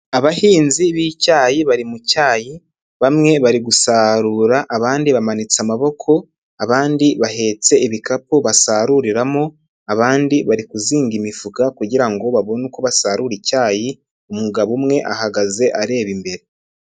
Abahinzi b'icyayi bari mu cyayi, bamwe bari gusarura, abandi bamanitse amaboko, abandi bahetse ibikapu basaruriramo, abandi bari kuzinga imifuka kugirango ngo babone uko basarura icyayi, umugabo umwe ahagaze areba imbere.